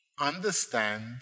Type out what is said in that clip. understand